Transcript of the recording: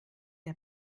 der